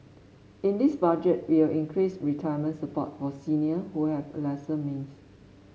in this Budget we will increase retirements support for senior who have lesser means